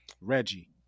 Reggie